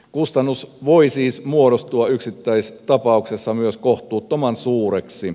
kustannus voi siis muodostua yksittäistapauksessa myös kohtuuttoman suureksi